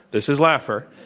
this is laffer.